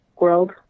world